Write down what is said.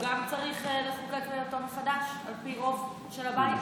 גם צריך לחוקק אותו מחדש על פי רוב של הבית?